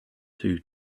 two